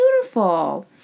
beautiful